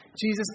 Jesus